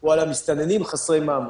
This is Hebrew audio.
הוא על המסתננים חסרי מעמד.